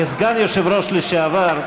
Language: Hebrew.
כסגן יושב-ראש לשעבר,